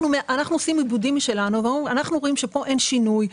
אנחנו עושים עיבודים משלנו ואנחנו רואים שכאן אין שינוי,